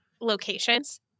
locations